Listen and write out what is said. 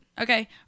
okay